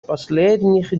последних